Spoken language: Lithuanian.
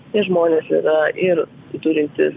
tie žmonės yra ir turintys